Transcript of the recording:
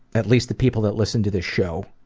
at least the people that listen to this show,